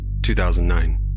2009